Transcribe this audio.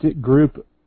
group